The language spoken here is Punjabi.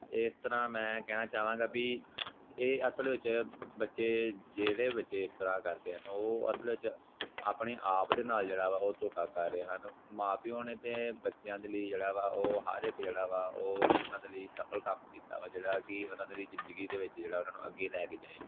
ਇਸ ਤਰ੍ਹਾਂ ਮੈਂ ਕਹਿਣਾ ਚਾਹਾਂਗਾ ਵੀ ਇਹ ਅਸਲ ਵਿੱਚ ਬੱਚੇ ਜਿਹੜੇ ਬੱਚੇ ਇਸ ਤਰ੍ਹਾਂ ਕਰਦੇ ਹਨ ਉਹ ਅਸਲ 'ਚ ਆਪਣੇ ਆਪ ਦੇ ਨਾਲ ਜਿਹੜਾ ਵਾ ਉਹ ਧੋਖਾ ਕਰ ਰਹੇ ਹਨ ਮਾਂ ਪਿਓ ਨੇ ਤਾਂ ਬੱਚਿਆਂ ਦੇ ਲਈ ਜਿਹੜਾ ਵਾ ਉਹ ਹਰ ਇੱਕ ਜਿਹੜਾ ਵਾ ਉਹ ਉਹਨਾਂ ਦੇ ਲਈ ਸਫਲ ਕੰਮ ਕੀਤਾ ਵਾ ਜਿਹੜਾ ਕਿ ਉਹਨਾਂ ਦੇ ਜ਼ਿੰਦਗੀ ਦੇ ਵਿੱਚ ਜਿਹੜਾ ਉਹਨਾਂ ਨੂੰ ਅੱਗੇ ਲੈ ਕੇ ਜਾਏ